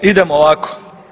Idemo ovako.